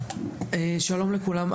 שלום לכולם.